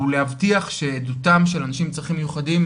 ולהבטיח שעדותם של אנשים עם צרכים מיוחדים,